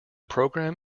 program